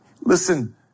Listen